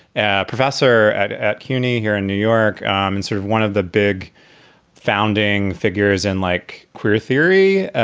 a professor at at cuny here in new york, and sort of one of the big founding figures in like queer theory.